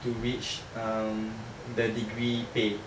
to reach um the degree pay